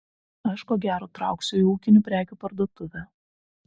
aš ko gero trauksiu į ūkinių prekių parduotuvę